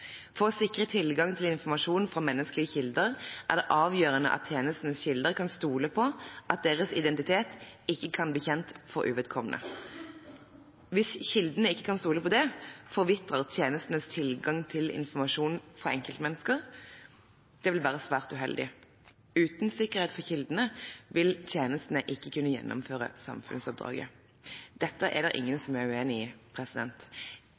For å sikre tilgang til informasjon fra menneskelige kilder er det avgjørende at tjenestenes kilder kan stole på at deres identitet ikke kan bli kjent for uvedkommende. Hvis kildene ikke kan stole på det, forvitrer tjenestenes tilgang til informasjon fra enkeltmennesker Det vil være svært uheldig. Uten sikkerhet for kildene vil tjenestene ikke kunne gjennomføre samfunnsoppdraget.» Dette er det ingen som er uenig i.